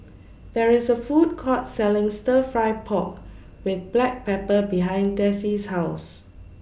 There IS A Food Court Selling Stir Fry Pork with Black Pepper behind Dessie's House